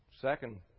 Second